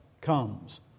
comes